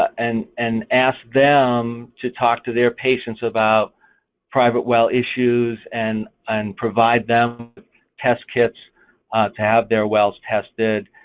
and and ask them to talk to their patients about private well issues, and and provide them test kits to have their wells tested,